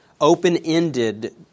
open-ended